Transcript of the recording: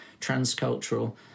transcultural